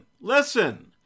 listen